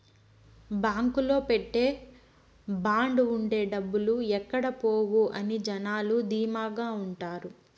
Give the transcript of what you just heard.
బాంకులో పెట్టే బాండ్ ఉంటే డబ్బులు ఎక్కడ పోవు అని జనాలు ధీమాగా ఉంటారు